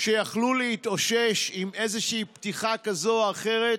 שיכלו להתאושש עם איזושהי פתיחה כזאת או אחרת,